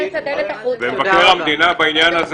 מבקר המדינה בעניין הזה